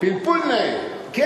פלפול נאה.